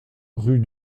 rue